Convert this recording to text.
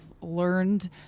learned